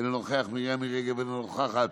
אינו נוכח, מרים מירי רגב, אינה נוכחת,